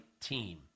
team